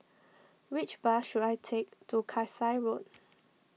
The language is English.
which bus should I take to Kasai Road